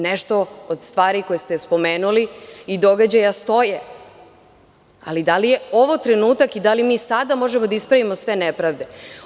Nešto od stvari koje ste spomenuli i događaja stoje, ali, da li je ovo trenutak i da li mi sada možemo da ispravimo sve nepravde?